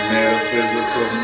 Metaphysical